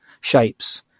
shapes